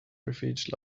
refuge